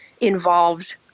involved